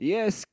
Yes